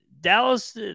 Dallas